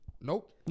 Nope